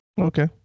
Okay